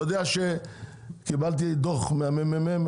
אתה יודע שקיבלתי דוח מה-ממ"מ,